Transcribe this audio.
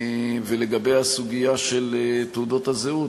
לגבי הסוגיה של תעודות הזהות,